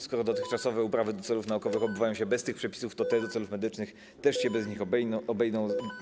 Skoro dotychczasowe uprawy do celów naukowych odbywają się bez tych przepisów, to te do celów medycznych też się bez nich obejdą.